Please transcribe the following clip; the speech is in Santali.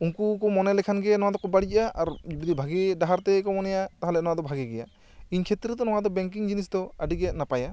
ᱩᱱᱠᱩ ᱠᱚ ᱢᱚᱱᱮ ᱞᱮᱠᱷᱟᱱ ᱜᱮ ᱱᱚᱣᱟ ᱫᱚᱠᱚ ᱵᱟᱹᱲᱤᱡᱟ ᱟᱨ ᱵᱷᱟᱹᱜᱤ ᱰᱟᱦᱟᱨ ᱛᱮᱠᱚ ᱢᱚᱱᱮᱭᱟ ᱛᱟᱦᱚᱢᱮ ᱱᱚᱣᱟ ᱫᱚ ᱵᱷᱟᱹᱜᱤ ᱜᱮᱭᱟ ᱤᱧ ᱠᱷᱮᱛᱨᱮ ᱫᱚ ᱱᱚᱣᱟ ᱫᱚ ᱵᱮᱝᱠᱤᱝ ᱡᱤᱱᱤᱥ ᱫᱚ ᱟᱹᱰᱤ ᱜᱮ ᱱᱟᱯᱟᱭᱟ